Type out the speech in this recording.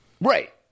Right